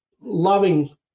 loving